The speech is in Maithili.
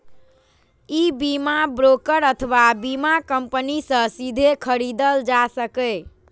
ई बीमा ब्रोकर अथवा बीमा कंपनी सं सीधे खरीदल जा सकैए